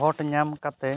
ᱵᱷᱳᱴ ᱧᱟᱢ ᱠᱟᱛᱮ